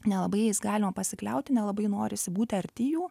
nelabai jais galima pasikliauti nelabai norisi būti arti jų